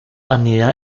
anida